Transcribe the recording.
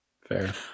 Fair